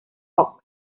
fox